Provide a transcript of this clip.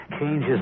changes